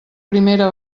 primera